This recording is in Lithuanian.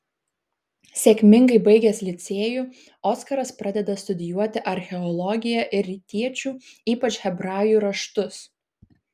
sėkmingai baigęs licėjų oskaras pradeda studijuoti archeologiją ir rytiečių ypač hebrajų raštus